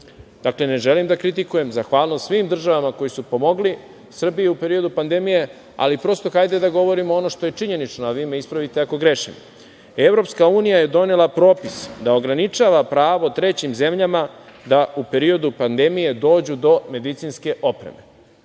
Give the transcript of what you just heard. Dakle, ne želim da kritikujem, zahvalnost svim državama koje su pomogle Srbiju u periodu pandemije, ali, prosto, hajde da govorimo ono što je činjenično, a vi me ispravite ako grešim. Evropska unija je donela propis da ograničava pravo trećim zemljama da u periodu pandemije dođu do medicinske opreme.